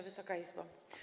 Wysoka Izbo!